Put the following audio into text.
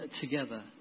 together